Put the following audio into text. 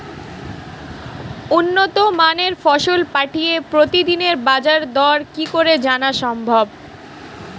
উন্নত মানের ফসল পাঠিয়ে প্রতিদিনের বাজার দর কি করে জানা সম্ভব?